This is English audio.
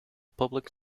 public